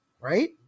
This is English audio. Right